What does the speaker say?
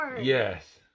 Yes